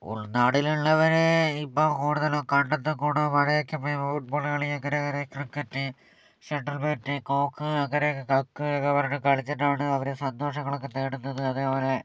ഉള്നാടിലുള്ളവർ ഇപ്പോൾ കൂടുതലും കണ്ടത്തിൽക്കൂടി മഴയൊക്കെ പെയ്യുമ്പോള് ഫുട്ബോള് കളി അങ്ങനെ അങ്ങനെ ക്രിക്കറ്റ് ഷട്ടില് ബാറ്റ് കോക്ക് അങ്ങനെ കക്ക് എന്നു പറഞ്ഞു കളിച്ചിട്ടാണ് അവര് സന്തോഷങ്ങളൊക്കെ നേടുന്നത് അതേപോലെ